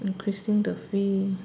increasing the fee